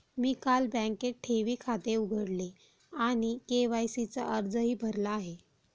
मी काल बँकेत ठेवी खाते उघडले आणि के.वाय.सी चा अर्जही भरला आहे